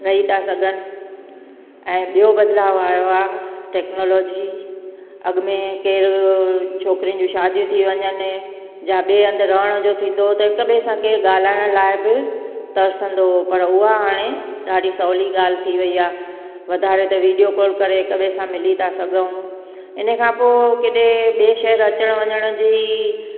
रही था सघनि ऐं ॿियो बदिलाउ आयो आहे टेक्नोलॉजी अॻु में केरु छोकिरीयुनि जूं शादियूं थी वञनि या ॿिए हंधि रहण जो थींदो त हिकु ॿिए सां केरु ॻाल्हाइण लाइ बि तर्संदो हुओ पर उहा हाणे ॾाढी सहुली ॻाल्हि थी वई आहे वाधारे त वीडियो कॉल करे हिकु ॿिए सां मिली था सघूं इन खां पोइ कॾहिं ॿिए शहर अचणु वञण जी